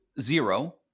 zero-